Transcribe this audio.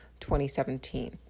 2017